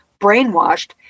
brainwashed